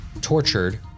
tortured